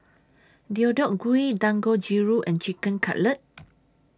Deodeok Gui Dangojiru and Chicken Cutlet